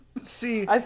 See